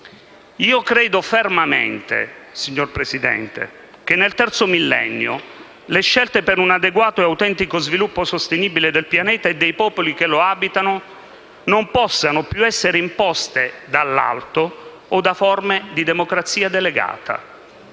io credo fermamente che nel terzo millennio le scelte per un adeguato e autentico sviluppo sostenibile del pianeta e dei popoli che lo abitano non possano più essere imposte dall'alto o da forme di democrazia delegata.